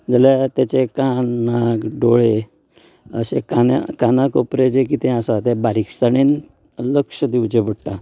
जाल्यार तेचे कान नाक दोळे अशे कान्या काना कोपऱ्याक जे कितें आसा तें बारीकसाणेन लक्ष दिवचे पडटा